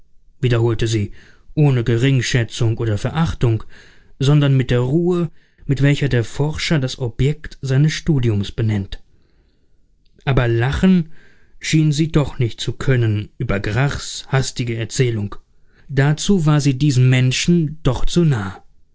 wiederholte sie ohne geringschätzung oder verachtung sondern mit der ruhe mit welcher der forscher das objekt seines studiums benennt aber lachen schien sie doch nicht zu können über grachs hastige erzählung dazu war sie diesen menschen doch zu nah